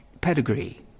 pedigree